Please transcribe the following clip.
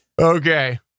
Okay